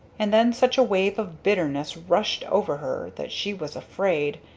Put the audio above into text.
and then such a wave of bitterness rushed over her that she was afraid,